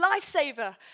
lifesaver